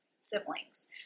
siblings